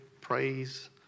praise